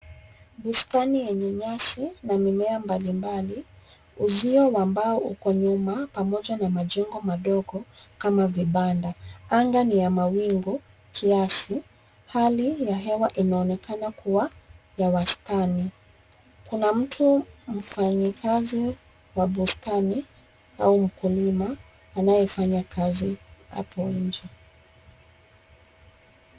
Bustani yenye nyasi na mimea mbalimbali, uzio wa mbao uko nyuma pamoja na majengo madogo kama vibanda. Anga ni ya mawingu kiasi, hali ya hewa inaonekana kuwa ya wastani. Kuna mtu mfanyikazi wa bustani au mkulima anayefanya kazi hapo nje.